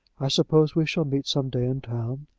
i suppose we shall meet some day in town.